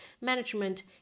management